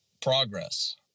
progress